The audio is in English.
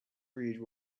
read